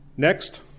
Next